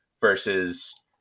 versus